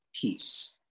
peace